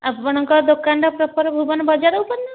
ଆପଣଙ୍କ ଦୋକାନଟା ପ୍ରପର୍ ଭୁବନ ବଜାର ଉପରେ ନା